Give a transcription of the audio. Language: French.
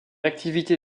activité